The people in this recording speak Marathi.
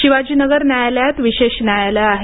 शिवाजीनगर न्यायालयात विशेष न्यायालयं आहेत